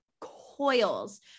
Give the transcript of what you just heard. coils